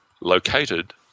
located